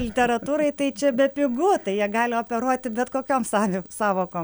literatūrai tai čia bepigu tai jie gali operuoti bet kokiom sąvy sąvokom